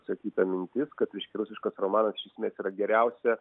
išsakyta mintis kad reiškia rusiškas romanas iš esmės yra geriausia